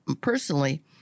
personally